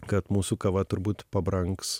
kad mūsų kava turbūt pabrangs